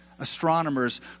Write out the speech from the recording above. astronomers